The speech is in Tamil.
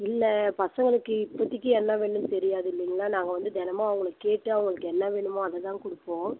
இல்லை பசங்களுக்கு இப்போதிக்கு என்ன வேணுன்னு தெரியாது இல்லைங்களா நாங்கள் வந்து தினமும் அவங்கள கேட்டு அவங்களுக்கு என்ன வேணுமோ அதைதான் கொடுப்போம்